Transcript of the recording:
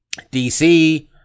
DC